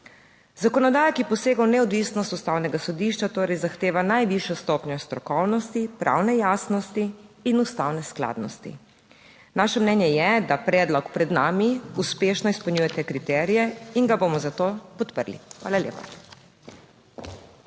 Zakonodaja, ki posega v neodvisnost Ustavnega sodišča, torej zahteva najvišjo stopnjo strokovnosti, pravne jasnosti in ustavne skladnosti. Naše mnenje je, da predlog pred nami uspešno izpolnjujete kriterije in ga bomo zato podprli. Hvala lepa.